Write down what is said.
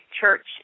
church